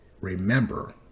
Remember